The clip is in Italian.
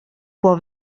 può